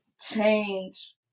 change